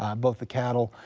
ah both the cattle,